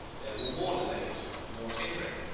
there were more delays more tinkering.